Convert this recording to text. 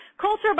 culture